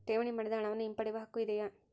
ಠೇವಣಿ ಮಾಡಿದ ಹಣವನ್ನು ಹಿಂಪಡೆಯವ ಹಕ್ಕು ಇದೆಯಾ?